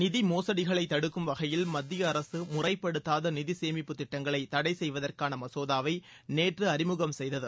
நிதி மோசடிகளைத் தடுப்பதற்கு மத்திய அரசு முறைப்படுத்தாத நிதி சேமிப்புத் திட்டங்களை தடை செய்வதற்கான மசோதாவை நேற்று அறிமுகம் செய்தது